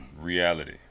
reality